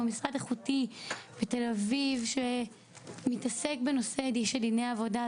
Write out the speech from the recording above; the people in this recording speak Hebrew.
משרד איכותי בתל אביב שמתעסק בנושא דיני עבודה,